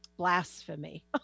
Blasphemy